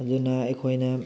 ꯑꯗꯨꯅ ꯑꯩꯈꯣꯏꯅ